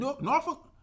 Norfolk